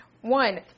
One